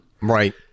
Right